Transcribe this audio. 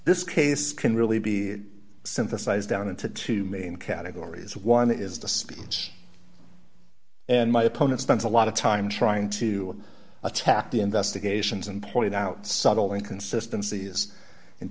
this case can really be synthesised down into two main categories one is disputes and my opponent spends a lot of time trying to attack the investigations and point out subtle inconsistency is in